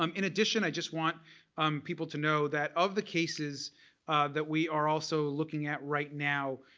um in addition i just want people to know that of the cases that we are also looking at right now,